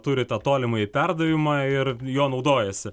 turi tą tolimąjį perdavimą ir juo naudojasi